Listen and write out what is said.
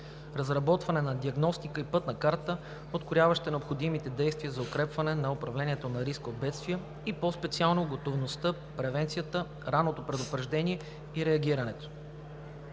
разработване на диагностика и пътна карта, включваща действия за укрепване на управлението на риска от бедствия и по специално готовността, превенцията, ранното предупреждение и реагирането,